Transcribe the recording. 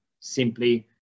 simply